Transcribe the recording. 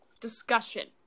discussion